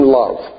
love